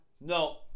No